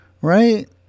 Right